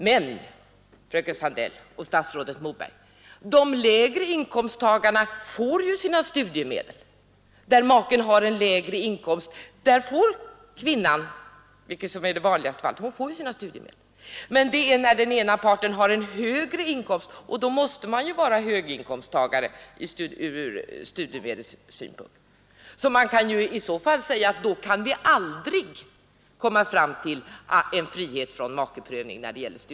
Men, fröken Sandell och statsrådet Moberg, i de fall där maken har en lägre inkomst får ju kvinnan — det är det vanligaste fallet — sina studiemedel! När den ena parten har hög inkomst och alltså är höginkomsttagare från studiemedelssynpunkt, skulle vi alltså aldrig komma fram till frihet från prövning.